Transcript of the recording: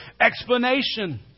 explanation